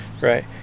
right